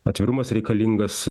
atvirumas reikalingas